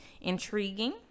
intriguing